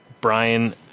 Brian